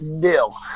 deal